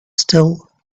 still